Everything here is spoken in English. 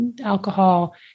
alcohol